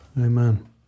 Amen